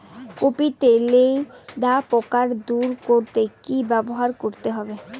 Copy তে লেদা পোকা দূর করতে কি ব্যবহার করতে হবে?